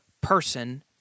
person